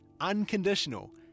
unconditional